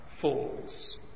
falls